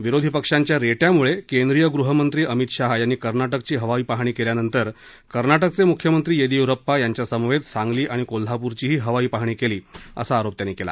विरोधी पक्षांच्या रेटयामुळे केंद्रीय गृहमंत्री अमित शहा यांनी कर्नाटकची हवाईपाहणी केल्यानंतर कर्नाटकचे म्ख्यमंत्री येदीय्रप्पा यांच्यासमवेत सांगली आणि कोल्हापूरचीही हवाईपाहणी केली असा आरोप त्यांनी केला